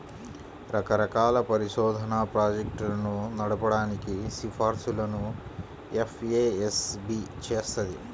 రకరకాల పరిశోధనా ప్రాజెక్టులను నడపడానికి సిఫార్సులను ఎఫ్ఏఎస్బి చేత్తది